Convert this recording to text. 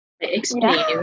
Explain